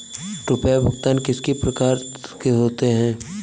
रुपया भुगतान कितनी प्रकार के होते हैं?